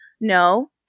no